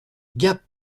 gap